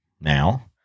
now